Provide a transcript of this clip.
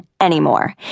anymore